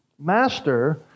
Master